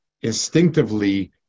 instinctively